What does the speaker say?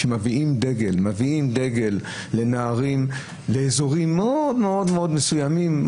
שמביאים דגל לנערים באזור מאוד מסוים,